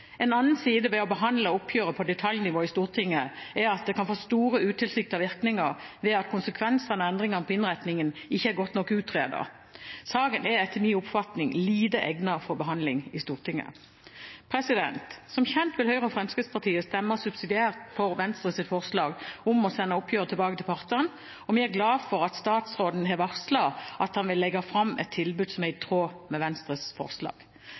En annen side ved å behandle oppgjøret på detaljnivå i Stortinget er at det kan få store utilsiktede virkninger ved at konsekvensene av endringer på innretningen ikke er godt nok utredet. Saken er etter min oppfatning lite egnet for behandling i Stortinget. Som kjent vil Høyre og Fremskrittspartiet stemme subsidiært for Venstres forslag om å sende oppgjøret tilbake til partene, og vi er glade for at statsråden har varslet at han vil legge fram et tilbud som er i tråd med Venstres forslag.